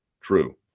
True